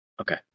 Okay